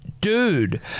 dude